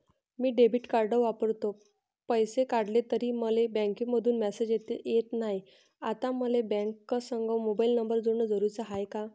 मी debit card वापरतो, पैसे काढले तरी मले बँकेमंधून मेसेज येत नाय, आता मले बँकेसंग मोबाईल नंबर जोडन जरुरीच हाय का?